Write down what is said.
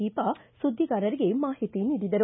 ದೀಪಾ ಸುದ್ದಿಗಾರರಿಗೆ ಮಾಹಿತಿ ನೀಡಿದರು